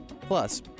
Plus